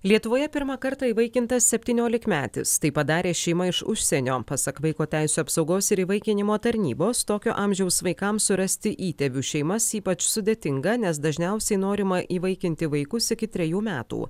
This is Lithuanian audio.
lietuvoje pirmą kartą įvaikintas septyniolikmetis tai padarė šeima iš užsienio pasak vaiko teisių apsaugos ir įvaikinimo tarnybos tokio amžiaus vaikams surasti įtėvių šeimas ypač sudėtinga nes dažniausiai norima įvaikinti vaikus iki trejų metų